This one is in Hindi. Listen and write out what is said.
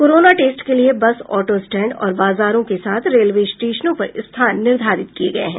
कोरोना टेस्ट के लिए बस ऑटो स्टैंड और बाजारों के साथ रेलवे स्टेशनों पर स्थान निर्धारित किये गये हैं